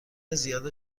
زیاد